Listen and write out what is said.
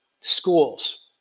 Schools